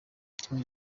king